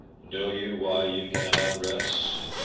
know you why you cannot rest?